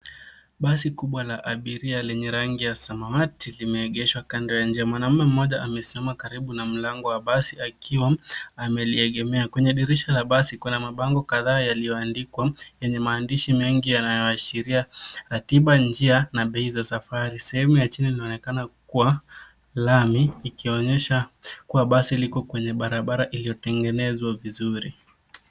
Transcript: Basi kubwa la abiria lenye rangi ya samawati limeegeshwa kando ya nje. Mwanaume mmoja amesimama karibu na mlango wa basi akiwa ameliegemea. Kwenye dirisha la basi kuna mabango kadhaa yalio andikwa yenye maandishi mengi na yanaashiria ratiba njia na bei za safari. Sehemu ya chini inaonekana kuwa lami ikionyesha kuwa basi liko kwenye barabara iliotengenezwa vizuri.